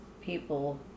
people